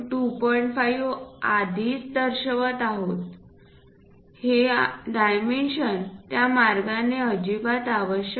5 आधीच दर्शवित आहोत हे डायमेन्शन त्या मार्गाने अजिबात आवश्यक नाही